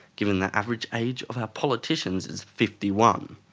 given the average age of our politicians is fifty one.